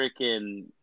freaking